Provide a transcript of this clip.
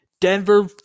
Denver